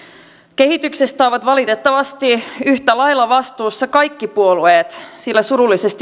kehityksestä ovat valitettavasti yhtä lailla vastuussa kaikki puolueet sillä surullista